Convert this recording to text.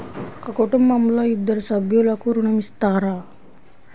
ఒక కుటుంబంలో ఇద్దరు సభ్యులకు ఋణం ఇస్తారా?